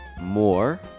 more